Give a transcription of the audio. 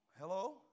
Hello